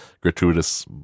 gratuitous